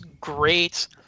great